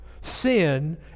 sin